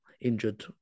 injured